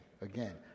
again